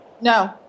No